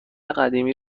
قدیمی